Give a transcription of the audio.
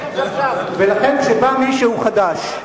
כשבא מישהו חדש,